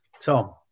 Tom